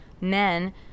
men